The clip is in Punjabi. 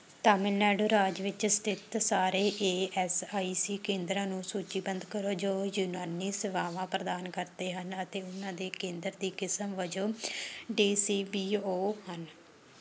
ਤਾਮਿਲਨਾਡੂ ਰਾਜ ਵਿੱਚ ਸਥਿਤ ਸਾਰੇ ਏ ਐੱਸ ਆਈ ਸੀ ਕੇਂਦਰਾਂ ਨੂੰ ਸੂਚੀਬੱਧ ਕਰੋ ਜੋ ਯੂਨਾਨੀ ਸੇਵਾਵਾਂ ਪ੍ਰਦਾਨ ਕਰਦੇ ਹਨ ਅਤੇ ਉਹਨਾਂ ਦੇ ਕੇਂਦਰ ਦੀ ਕਿਸਮ ਵਜੋਂ ਡੀ ਸੀ ਬੀ ਓ ਹਨ